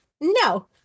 no